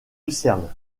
lucerne